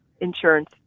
insurance